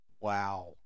Wow